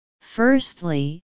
firstly